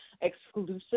exclusive